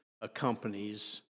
accompanies